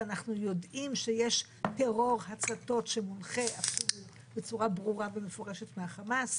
ואנחנו יודעים שיש טרור הצתות שמונחה בצורה ברורה ומפורשת מהחמאס.